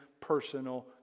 personal